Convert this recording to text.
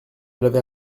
l’avais